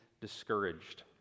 discouraged